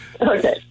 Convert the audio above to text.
Okay